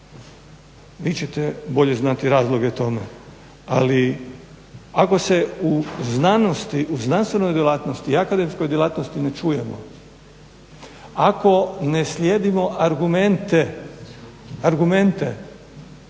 Vi ćete bolje znati razloge tome, ali ako se u znanosti, u znanstvenoj djelatnosti, akademskoj djelatnosti ne čujemo, ako ne slijedimo argumente,